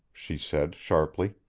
she said sharply.